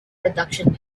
reduction